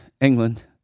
England